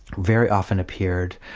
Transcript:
very often appeared,